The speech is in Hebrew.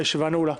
הישיבה נעולה.